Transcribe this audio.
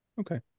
Okay